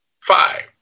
Five